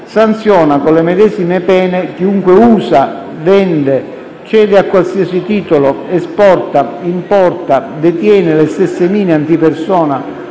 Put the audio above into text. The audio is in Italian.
sanziona, con le medesime pene, chiunque usa, vende, cede a qualsiasi titolo, esporta, importa, detiene le stesse mine antipersona